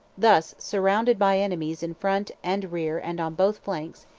thus, surrounded by enemies in front and rear and on both flanks,